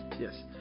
Yes